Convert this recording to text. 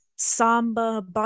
samba